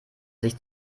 sich